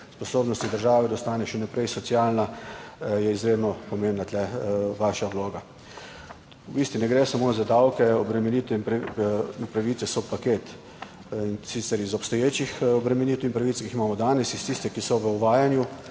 sposobnosti države, da ostane še naprej socialna, je izredno pomembna tu vaša vloga. V bistvu ne gre samo za davke, obremenitve in pravice so paket, in sicer iz obstoječih obremenitev in pravic, ki jih imamo danes, in tistih, ki so v uvajanju,